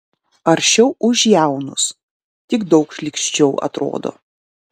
aršiau už jaunus tik daug šlykščiau atrodo